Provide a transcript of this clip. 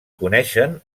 coneixen